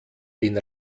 den